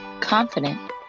confident